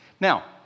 Now